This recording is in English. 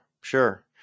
sure